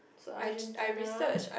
so Argentina